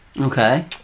Okay